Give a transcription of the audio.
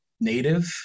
native